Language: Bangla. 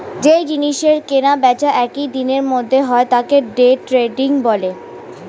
যেই জিনিসের কেনা বেচা একই দিনের মধ্যে হয় তাকে ডে ট্রেডিং বলে